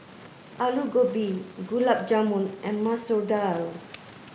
Alu Gobi Gulab Jamun and Masoor Dal